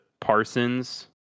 Parsons